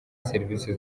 serivisi